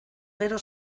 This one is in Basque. gero